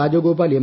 Rajagopal M